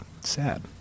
sad